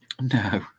no